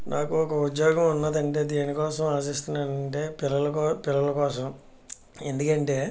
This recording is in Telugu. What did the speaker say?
నాకు ఒక ఉద్యోగం ఉన్నదంటే దేనికోసం ఆశిస్తున్నానంటే పిల్లలు కో పిల్లలు కోసం ఎందుకంటే